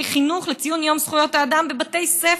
חינוך לציון יום זכויות האדם בבתי ספר.